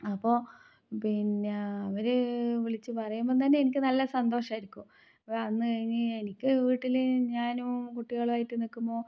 അപ്പോൾ പിന്നെ അവർ വിളിച്ച് പറയുമ്പോൾ തന്നെ എനിക്ക് നല്ല സന്തോഷമായിരിക്കും അന്ന് എനിക്ക് വീട്ടിൽ ഞാനും കുട്ടികളും ആയിട്ട് നിൽക്കുമ്പോൾ